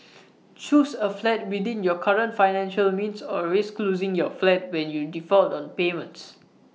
choose A flat within your current financial means or risk losing your flat when you default on payments